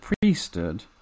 priesthood